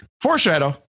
Foreshadow